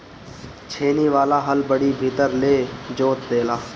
छेनी वाला हल बड़ी भीतर ले जोत देला